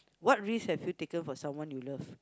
what risks have you taken for someone you love